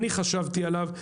אני חשבתי עליו.